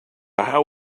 how